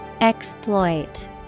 Exploit